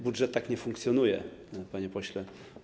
Budżet tak nie funkcjonuje, panie pośle.